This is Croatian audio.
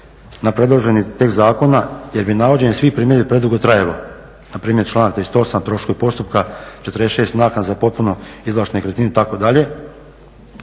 na predloženi tekst zakona jer bi navođenje svih primjedbi predugo trajalo npr. članak 38.troškovi postupka, 46 naknada za potpuno izvlaštenu nekretninu itd.